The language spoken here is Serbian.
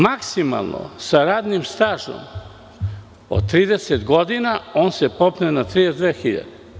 Maksimalno, sa radnim stažom od 30 godina, on se popne na 32 hiljade.